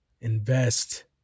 invest